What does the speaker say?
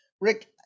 Rick